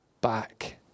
back